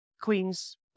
Queen's